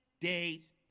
days